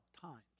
times